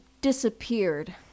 disappeared